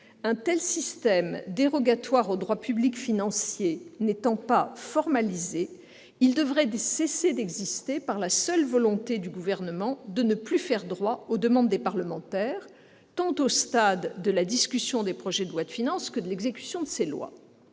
Un tel système dérogatoire au droit public financier n'étant pas formalisé, il devrait cesser d'exister par la seule volonté du Gouvernement de ne plus faire droit aux demandes des parlementaires, tant au stade de la discussion des projets de loi de finances que de l'exécution de ces lois.